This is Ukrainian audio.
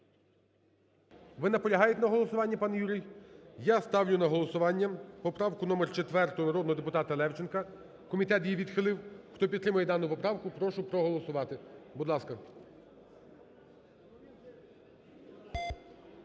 Ви наполягаєте на голосуванні, пане Юрій? Я ставлю на голосування поправку номер 4 народного депутат Левченка, комітет її відхилив. Хто підтримує дану поправку, прошу проголосувати, будь ласка.